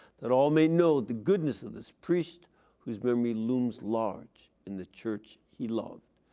that all may know the goodness of this priest whose memory looms large in the church he loved.